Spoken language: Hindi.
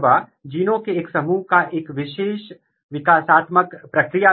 तो हमने मुख्य रूप से दो दृष्टिकोणों के साथ कार्यात्मक अध्ययन के लिए इस जीन को लिया है